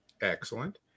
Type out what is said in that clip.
Excellent